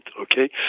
okay